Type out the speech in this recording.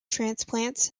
transplants